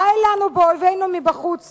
די לנו באויבינו מבחוץ